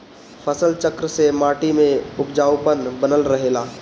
फसल चक्र से माटी में उपजाऊपन बनल रहेला